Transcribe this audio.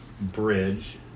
bridge